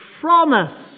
promise